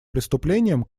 преступлением